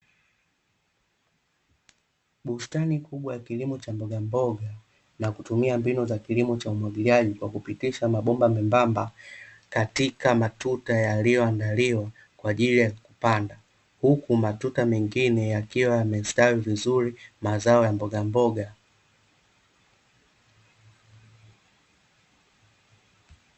Bustani kubwa ya kilimo cha mbogamboga na kutumia mbinu za kilimo cha umwagiliaji kwa kupitisha mabomba membamba katika matuta yaliyoandaliwa kwa ajili ya kupanda, huku matuta mengine yakiwa yamestawi vizuri mazao ya mbogamboga.